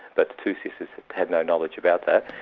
but the two sisters had no knowledge about that.